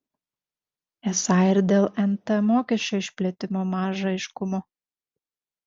esą ir dėl nt mokesčio išplėtimo maža aiškumo